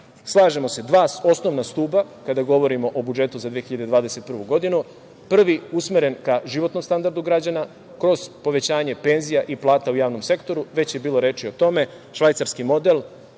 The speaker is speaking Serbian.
da su dva osnovna stuba kada govorimo o budžetu za 2021. godinu. Prvi je usmeren ka životnom standardu građana, a kroz povećanje penzija i plata u javnom sektoru. Već je bilo reči o tome, švajcarski model